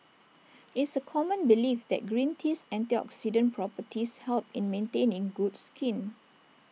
it's A common belief that green tea's antioxidant properties help in maintaining good skin